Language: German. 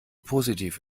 positiv